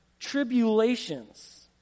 tribulations